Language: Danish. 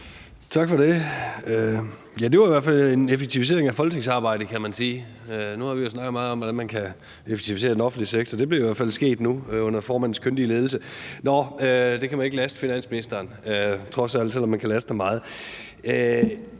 Tak for det. Ja, det var i hvert fald en effektivisering af folketingsarbejdet, kan man sige. Nu har vi jo snakket meget om, hvordan man kan effektivisere den offentlige sektor – det er i hvert fald sket nu under formandens kyndige ledelse. Det kan man ikke laste finansministeren for, trods alt, selv om man kan laste ham for meget.